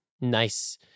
nice